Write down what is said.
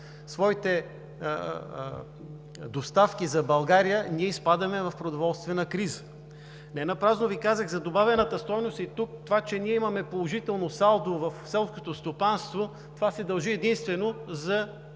своите доставки за България, ние изпадаме в продоволствена криза. Ненапразно Ви казах за добавената стойност и това, че ние имаме положително салдо в селското стопанство, се дължи единствено на